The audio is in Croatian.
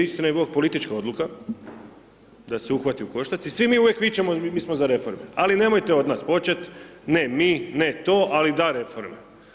I istina i bog politička odluka da se uhvati u koštac i svi mi uvijek vičemo mi smo za reforme ali nemojte od nas početi, ne mi, ne to ali da reforme.